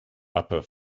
upper